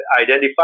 identify